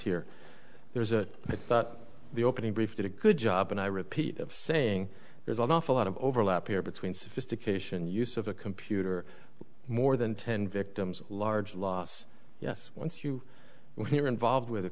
here there's a but the opening brief did a good job and i repeat of saying there's an awful lot of overlap here between sophistication use of a computer more than ten victims large loss yes once you were here involved with a